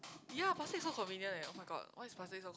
ya plastic so convenient eh [oh]-my-god why is plastic so